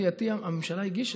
למיטב ידיעתי, הממשלה הגישה.